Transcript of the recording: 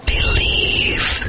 Believe